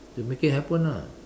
to make it happen ah